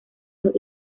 los